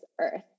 earth